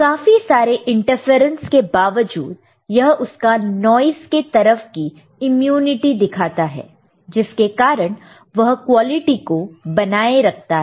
काफी सारे इंटरफेरेंस के बावजूद यह उसका नॉइस के तरफ की इम्युनिटी दिखाता है जिसके कारण वह क्वालिटी को बनाए रखता है